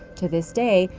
to this day,